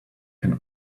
can